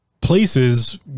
places